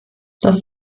das